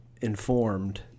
informed